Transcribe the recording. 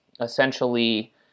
essentially